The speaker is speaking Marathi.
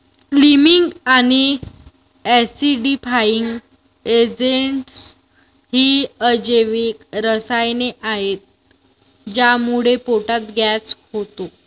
लीमिंग आणि ऍसिडिफायिंग एजेंटस ही अजैविक रसायने आहेत ज्यामुळे पोटात गॅस होतो